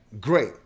great